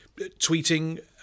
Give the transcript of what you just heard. tweeting